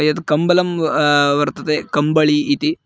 यत् कम्बलं वर्तते कम्बळि इति